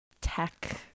tech